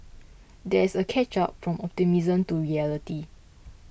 there is a catch up from optimism to reality